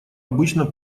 обычно